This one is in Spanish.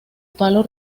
palo